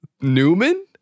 Newman